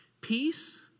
Peace